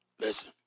Listen